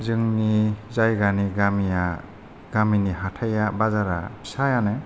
जोंनि जायगानि गामिया गामिनि हाथाइया बाजारा फिसायानो